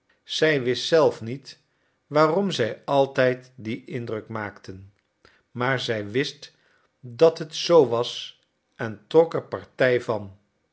zij wist zelf niet waarom zij altijd dien indruk maakten maar zij wist dat het zoo was en trok er partij van